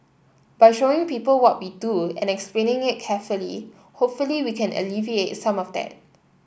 by showing people what we do and explaining it carefully hopefully we can alleviate some of that